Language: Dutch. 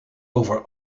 over